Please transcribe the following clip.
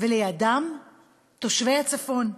ולידם תושבי הצפון,